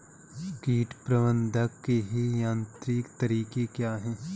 कीट प्रबंधक के यांत्रिक तरीके क्या हैं?